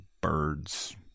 birds